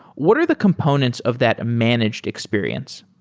what are the components of that managed experience?